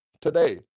today